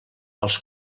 els